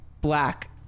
black